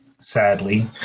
sadly